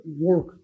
work